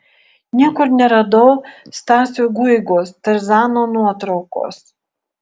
niekur neradau stasio guigos tarzano nuotraukos